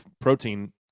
protein